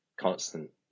constant